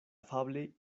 afable